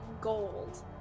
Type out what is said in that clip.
gold